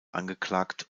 angeklagt